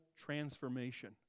transformation